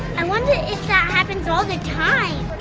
and wonder if that happens all the time.